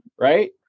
Right